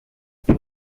από